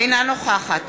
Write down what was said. אינה נוכחת